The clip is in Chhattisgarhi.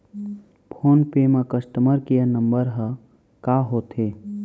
फोन पे म कस्टमर केयर नंबर ह का होथे?